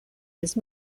les